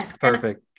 perfect